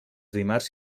dimarts